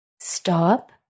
Stop